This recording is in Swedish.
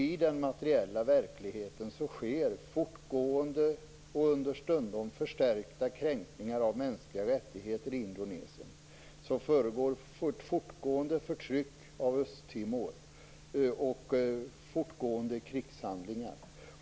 I den materiella verkligheten sker fortgående och understundom förstärkta kränkningar av mänskliga rättigheter i Indonesien. Det sker fortgående förtryck av Östtimor och fortgående krigshandlingar.